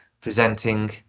presenting